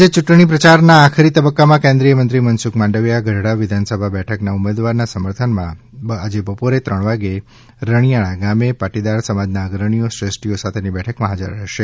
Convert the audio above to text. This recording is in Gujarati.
આજે યૂંટણી પ્રયારના આખરી તબક્કામાં કેન્દ્રિય મંત્રી મનસુખ માંડવીયા ગઢડા વિધાનસભા બેઠકના ઉમેદવારના સમર્થનમાં આજે બપોરે ત્રણ વાગે રણીયાળા ગામે પાટીદાર સમાજના અગ્રણીઓ શ્રેષ્ઠીઓ સાથેની બેઠકમાં હાજર રહેશે